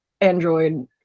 Android